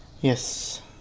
yes